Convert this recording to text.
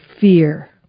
fear